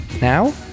Now